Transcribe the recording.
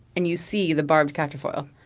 and you see the barbed quatrefoil.